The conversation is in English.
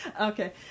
okay